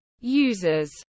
users